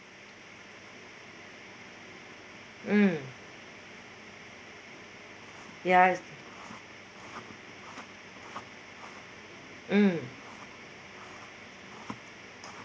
mm ya mm